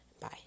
bye